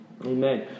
Amen